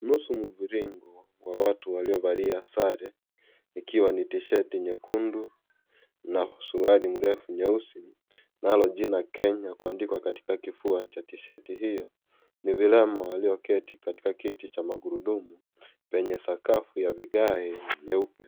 Nusu mviringo wa watu waliovalia sare ikiwa ni tishati nyekundu ,na suruali mrefu nyeusi nalo jina Kenya kuandikwa katika kifua cha tishati hiyo ni vilema walioketi katika cha magurudumu penye sakafu ya vigae nyeupe.